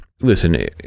Listen